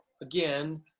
again